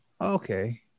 okay